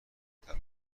طلاق